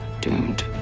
doomed